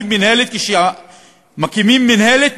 כשמקימים מינהלת,